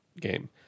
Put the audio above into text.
game